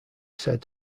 said